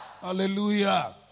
Hallelujah